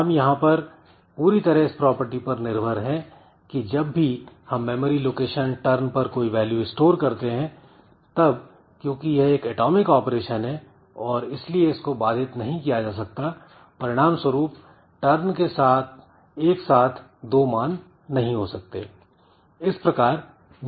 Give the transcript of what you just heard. हम यहां पर पूरी तरह इस प्रॉपर्टी पर निर्भर हैं की जब भी हम मेमोरी लोकेशन turn पर कोई वैल्यू स्टोर करते हैं तब क्योंकि यह एक एटॉमिक ऑपरेशन है और इसलिए इसको बाधित नहीं किया जा सकता परिणाम स्वरूप turn के एक साथ दो मान नहीं हो सकते